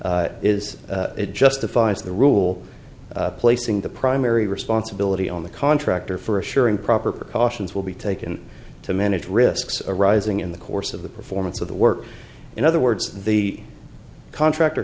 canopy is it justifies the rule placing the primary responsibility on the contractor for assuring proper precautions will be taken to manage risks arising in the course of the performance of the work in other words the contractor